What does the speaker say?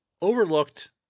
overlooked